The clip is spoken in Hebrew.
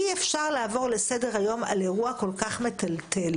אי אפשר לעבור לסדר היום על אירוע כל כך מטלטל.